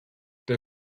they